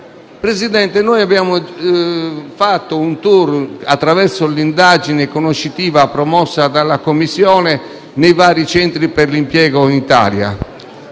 Presidente, noi abbiamo fatto un *tour*, attraverso l'indagine conoscitiva promossa dalla Commissione lavoro, nei vari centri per l'impiego in Italia.